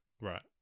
Right